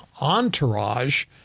entourage